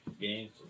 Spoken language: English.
Games